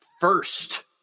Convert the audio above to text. first